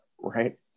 right